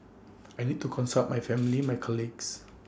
I need to consult my family my colleagues